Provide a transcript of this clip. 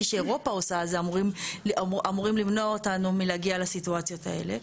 שאירופה עושה אז אמורים למנוע אותנו מלהגיע לסיטואציות האלה.